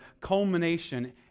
culmination